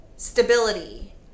stability